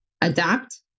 adapt